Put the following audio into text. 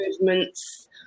movements